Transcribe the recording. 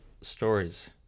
stories